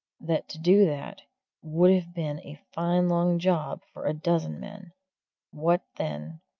that to do that would have been a fine long job for a dozen men what, then,